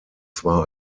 zwar